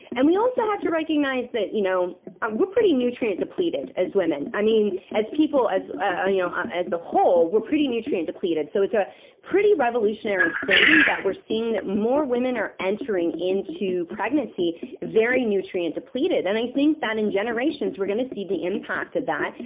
and we also have to recognize that you know we're pretty nutrient depleted, as women. i mean, as people as ah you know a whole, we're pretty nutrient depleted. so it's a pretty revolutionary thing, that we're seeing that more women are entering into pregnancy very nutrient depleted, and i think that in generations, we're gonna see the impact of that.